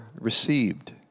received